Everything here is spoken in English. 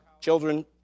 children